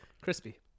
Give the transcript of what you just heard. Crispy